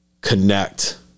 connect